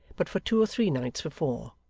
but for two or three nights before.